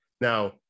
now